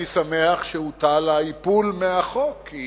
אני שמח שהוסר האיפול מהחוק כי